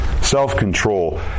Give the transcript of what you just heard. Self-control